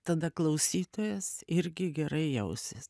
tada klausytojas irgi gerai jausis